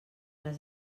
les